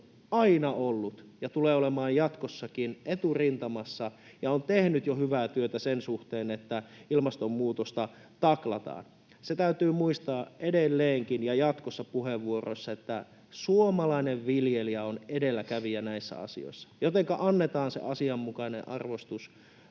aina ollut ja tulee olemaan jatkossakin eturintamassa ja on tehnyt jo hyvää työtä sen suhteen, että ilmastonmuutosta taklataan. Se täytyy muistaa edelleenkin ja jatkossa puheenvuoroissa, että suomalainen viljelijä on edelläkävijä näissä asioissa, jotenka annetaan se asianmukainen arvostus